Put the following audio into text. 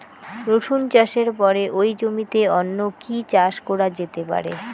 রসুন চাষের পরে ওই জমিতে অন্য কি চাষ করা যেতে পারে?